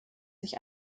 sich